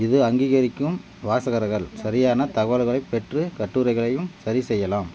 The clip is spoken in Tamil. இது அங்கீகரிக்கும் வாசகர்கள் சரியான தகவல்களைப் பெற்று கட்டுரைகளை சரிசெய்யலாம்